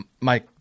mike